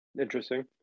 Interesting